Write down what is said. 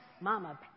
Mama